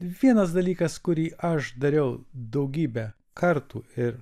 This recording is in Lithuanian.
vienas dalykas kurį aš dariau daugybę kartų ir